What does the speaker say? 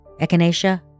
Echinacea